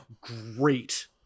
great